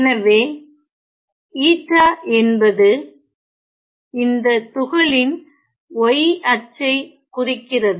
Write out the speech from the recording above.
எனவே என்பது இந்த துகளின் y அச்சை குறிக்கிறது